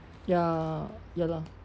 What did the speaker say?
ya ya lor